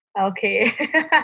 Okay